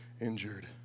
injured